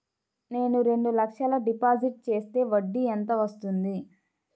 నేను రెండు లక్షల డిపాజిట్ చేస్తే వడ్డీ ఎంత వస్తుంది?